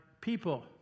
people